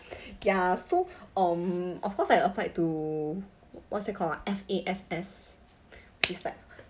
ya so um of course I applied to what's that called ah F_A_S_S is like